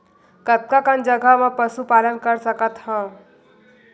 कतका कन जगह म पशु पालन कर सकत हव?